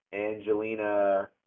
Angelina